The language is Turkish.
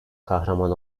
kahraman